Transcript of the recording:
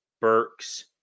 Burks